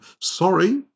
Sorry